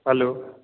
hello